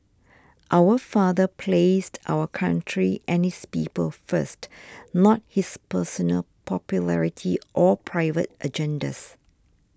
our father placed our country and his people first not his personal popularity or private agendas